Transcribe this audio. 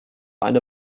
eine